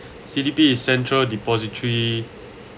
C_D_P is central depository